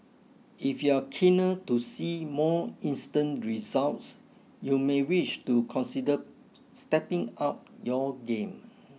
if you're keener to see more instant results you may wish to consider stepping up your game